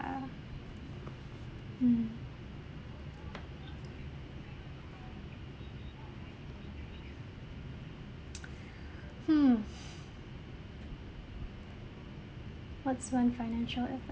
mm !huh! what's one financial advice